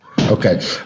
Okay